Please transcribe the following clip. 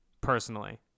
personally